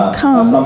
come